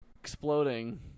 Exploding